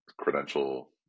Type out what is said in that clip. credential